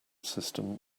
system